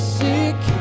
sick